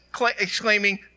exclaiming